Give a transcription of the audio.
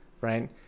right